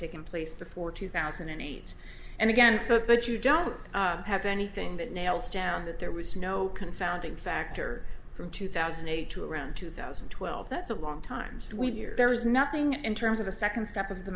taken place there for two thousand and eight and again but you don't have anything that nails down that there was no confounding factor from two thousand and eight to around two thousand and twelve that's a long time there was nothing in terms of the second step of the